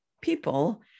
people